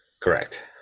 Correct